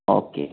okay